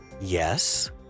yes